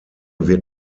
wird